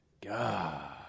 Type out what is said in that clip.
God